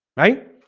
right